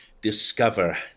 discover